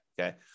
Okay